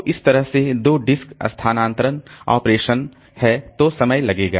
तो इस तरह से दो डिस्क स्थानांतरण ऑपरेशन है तो समय लगेगा